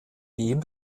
dem